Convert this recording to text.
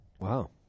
Wow